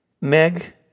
Meg